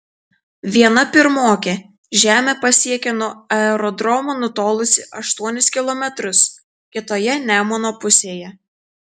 viena pirmokė žemę pasiekė nuo aerodromo nutolusi aštuonis kilometrus kitoje nemuno pusėje